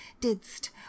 didst